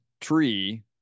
tree